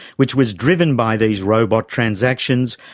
which was driven by these robot transactions,